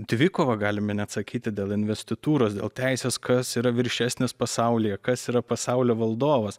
dvikova galime net sakyti dėl investitūros dėl teisės kas yra viršesnis pasaulyje kas yra pasaulio valdovas